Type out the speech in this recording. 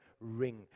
ring